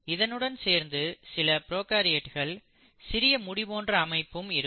இதனுடன் சேர்ந்து சில ப்ரோகாரியோட்களில் சிறிய முடி போன்ற அமைப்பும் இருக்கும்